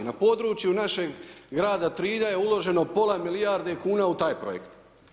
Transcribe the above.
Na području našeg grada Trilja je uloženo pola milijarde kuna u taj projekt.